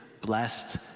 blessed